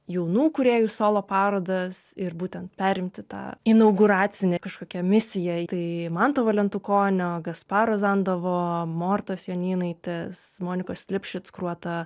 jaunų kūrėjų solo parodas ir būtent perimti tą inauguracinę kažkokią misiją tai manto valentukonio gasparo zandovo mortos jonynaitės monikos lipšic kuruota